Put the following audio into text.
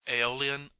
aeolian